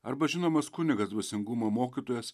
arba žinomas kunigas dvasingumo mokytojas